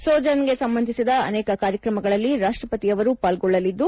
ಸೊಜರ್ನ್ಗೆ ಸಂಬಂಧಿಸಿದ ಅನೇಕ ಕಾರ್ಯಕ್ರಮಗಳಲ್ಲಿ ರಾಷ್ಟ ಪತಿಯವರು ಪಾಲ್ಗೊಳ್ಳಲಿದ್ದು